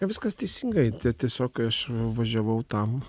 viskas teisingai tie tiesiog aš važiavau tam